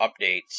updates